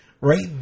right